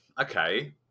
Okay